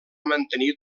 mantenir